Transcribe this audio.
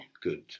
Good